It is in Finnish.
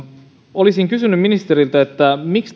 olisin kysynyt ministeriltä miksi